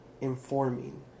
informing